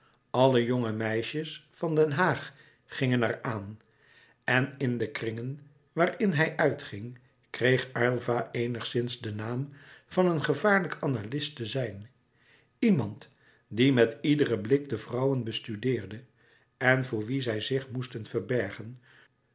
alle jonge meisjes van den haag gingen er aan en in de kringen waarin hij uitging kreeg aylva eenigszins den naam van een gevaarlijk analyst te zijn iemand die met iederen blik de vrouwen bestudeerde en voor wien zij zich moesten verbergen